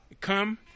come